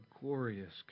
glorious